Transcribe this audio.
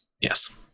yes